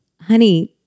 Honey